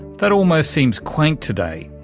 that almost seems quaint today.